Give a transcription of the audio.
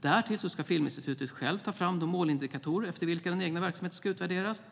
Därtill ska Filminstitutet självt ta fram de målindikatorer efter vilka den egna verksamheten ska utvärderas,